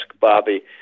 Bobby